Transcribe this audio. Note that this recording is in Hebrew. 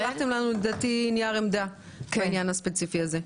אתם שלחתם לנו נייר עמדה בעניין הספציפי הזה.